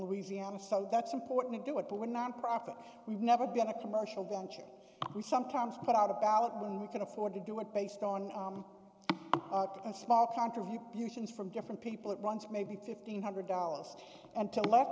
louisiana so that's important to do it but we're nonprofit we've never been a commercial venture who sometimes put out a ballot when we can afford to do it based on and small contributions from different people it runs maybe fifteen hundred dollars and to le